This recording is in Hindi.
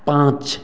पाँच